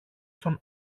στον